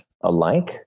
alike